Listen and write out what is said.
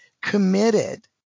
committed